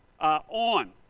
on